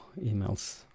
emails